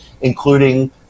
including